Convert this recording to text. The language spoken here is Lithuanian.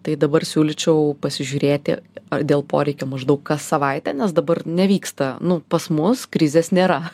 tai dabar siūlyčiau pasižiūrėti ar dėl poreikio maždaug kas savaitę nes dabar nevyksta nu pas mus krizės nėra